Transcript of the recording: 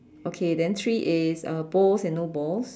okay then three is uh balls and no balls